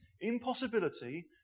impossibility